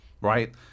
right